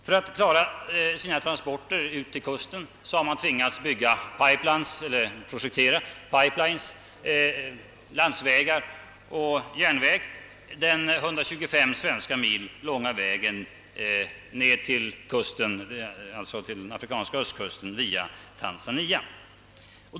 För att klara transporterna ut till kusten har man tvingats projektera pipelines, landsvägar och en järn väg, den 125 svenska mil långa vägen till .den. afrikanska östkusten via Tanzania.